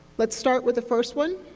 let's start with the first one,